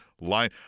line